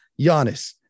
Giannis